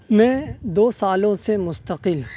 میں دو سالوں سے مستقل